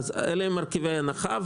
אלו מרכיבי ההנחה.